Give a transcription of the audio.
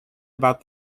about